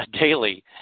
daily